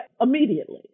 immediately